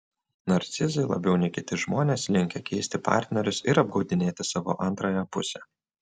narcizai labiau nei kiti žmonės linkę keisti partnerius ir apgaudinėti savo antrąją pusę